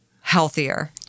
healthier